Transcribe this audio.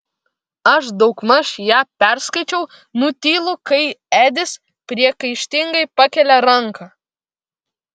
aš daugmaž ją perskaičiau nutylu kai edis priekaištingai pakelia ranką